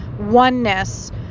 oneness